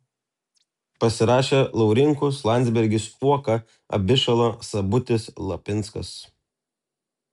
pasirašė laurinkus landsbergis uoka abišala sabutis lapinskas